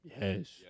Yes